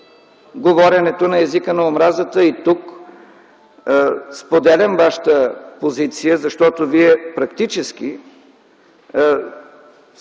на езика на омразата и тук споделям Вашата позиция. Защото Вие практически,